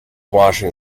washing